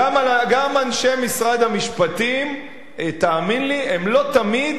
גם אנשי משרד המשפטים, תאמין לי, הם לא תמיד